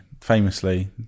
famously